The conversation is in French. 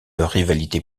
rivalité